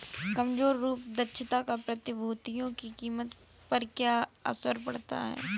कमजोर रूप दक्षता का प्रतिभूतियों की कीमत पर क्या असर पड़ता है?